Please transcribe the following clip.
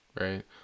right